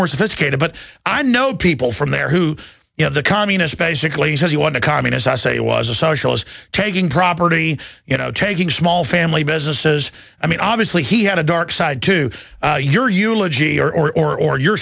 more sophisticated but i know people from there who you know the communist basically says you want a communist i say it was a socialist taking property you know taking small family businesses i mean obviously he had a dark side to your eulogy or your